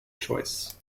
choice